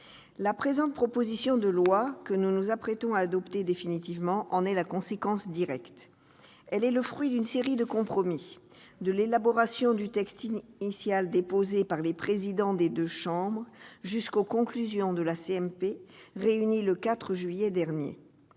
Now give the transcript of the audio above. La présente proposition de loi, que nous nous apprêtons à adopter définitivement, en est la conséquence directe. Elle est le fruit d'une série de compromis, de l'élaboration du texte initial déposé par les présidents des deux chambres jusqu'aux conclusions de la commission mixte